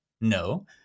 No